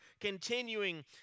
continuing